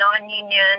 non-union